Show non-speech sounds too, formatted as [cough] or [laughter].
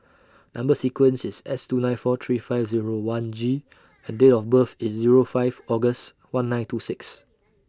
[noise] Number sequence IS S two nine four three five Zero one G [noise] and Date of birth IS Zero five August one nine two six